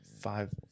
Five